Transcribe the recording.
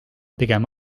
pigem